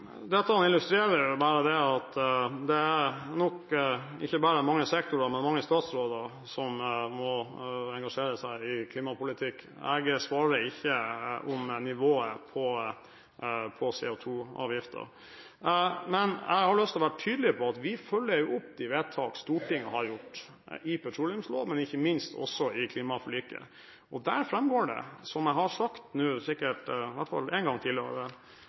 Dette illustrerer at det er nok ikke bare mange sektorer, men mange statsråder som må engasjere seg i klimapolitikk. Jeg svarer ikke når det gjelder nivået på CO2-avgiften. Men jeg har lyst til å være tydelig på at vi følger opp de vedtak Stortinget har gjort i forbindelse med petroleumsloven, og ikke minst i forbindelse med klimaforliket. Der framgår det, som jeg har sagt i hvert fall én gang